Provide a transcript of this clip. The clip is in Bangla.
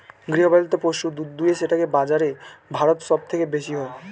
গৃহপালিত পশু দুধ দুয়ে সেটাকে বাজারে ভারত সব থেকে বেশি হয়